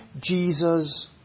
Jesus